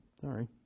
Sorry